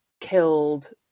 killed